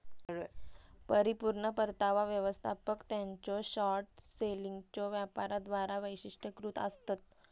परिपूर्ण परतावा व्यवस्थापक त्यांच्यो शॉर्ट सेलिंगच्यो वापराद्वारा वैशिष्ट्यीकृत आसतत